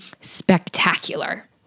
spectacular